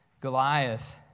Goliath